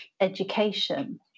education